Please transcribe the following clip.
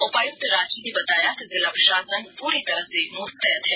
उपायुक्त रांची ने बताया जिला प्रशासन पुरी तरह से मुस्तैद है